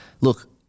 look